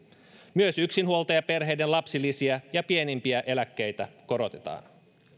myös yksinhuoltajaperheiden lapsilisiä ja pienimpiä eläkkeitä korotetaan